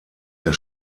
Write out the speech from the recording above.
der